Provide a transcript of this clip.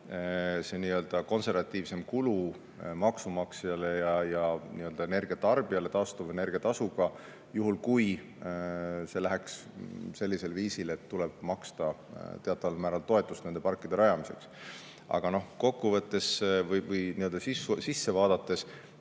olla konservatiivsem kulu maksumaksjale ja energia tarbijale taastuvenergia tasuga, juhul kui see läheks sellisel viisil, et tuleb maksta teataval määral toetust nende parkide rajamiseks. Kokku võttes või sisse vaadates,